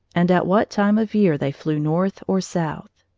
and at what time of year they flew north or south.